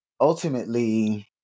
ultimately